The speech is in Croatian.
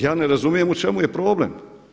Ja ne razumijem u čemu je problem?